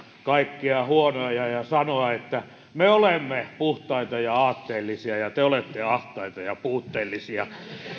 kaikkia huonoja ja sanoa että me olemme puhtaita ja aatteellisia ja te olette ahtaita ja puutteellisia